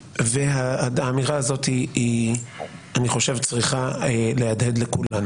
והאמירה הזאת אני חושב שצריכה להדהד לכולנו,